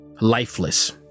Lifeless